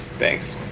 thanks,